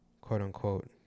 quote-unquote